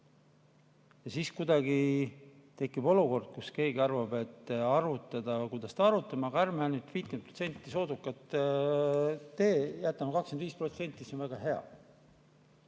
aga kuidagi tekib olukord, kus keegi arvab, et arutame, kuidas arutame, aga ärme nüüd 50% soodukat teeme, jätame 25%, see on väga hea.